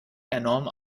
enorm